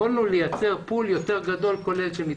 יכולנו ליצר פול יותר גדול כולל של מתמחים.